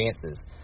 chances